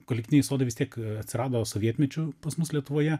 kolektyviniai sodai vis tiek atsirado sovietmečiu pas mus lietuvoje